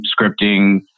scripting